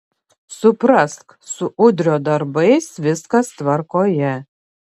suprask su udrio darbais viskas tvarkoje